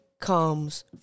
comes